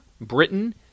Britain